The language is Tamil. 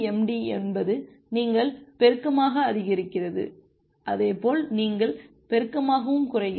MIMD என்பது நீங்கள் பெருக்கமாக அதிகரிக்கிறது அதே போல் நீங்கள் பெருக்கமாகவும் குறைகிறது